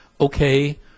okay